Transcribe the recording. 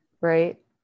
right